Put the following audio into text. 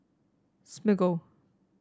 Smiggle